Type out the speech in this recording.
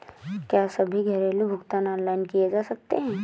क्या सभी घरेलू भुगतान ऑनलाइन किए जा सकते हैं?